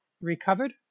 recovered